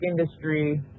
industry